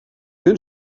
ben